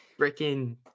freaking